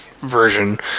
version